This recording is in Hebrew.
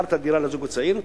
מכרת דירה לזוג הצעיר,